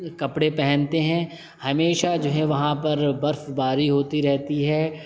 کپڑے پہنتے ہیں ہمیشہ جو ہے وہاں پر برف باری ہوتی رہتی ہے